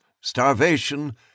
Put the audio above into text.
starvation